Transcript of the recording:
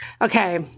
okay